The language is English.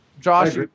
josh